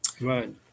right